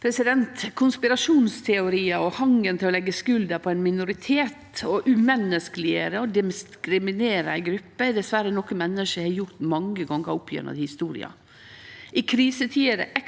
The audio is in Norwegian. Konspira- sjonsteoriar og hangen til å leggje skulda på ein minoritet og umenneskeleggjere og diskriminere ei gruppe er dessverre noko menneske har gjort mange gonger opp gjennom historia. I krisetider er det ekstra